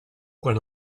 quan